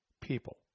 people